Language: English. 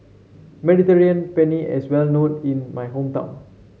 Mediterranean Penne is well known in my hometown